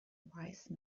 wise